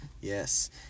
Yes